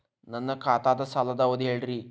ನನ್ನ ಖಾತಾದ್ದ ಸಾಲದ್ ಅವಧಿ ಹೇಳ್ರಿ